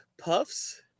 puffs